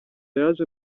yaje